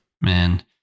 Man